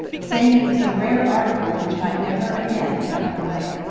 saying it was a rare article which might never again come her way.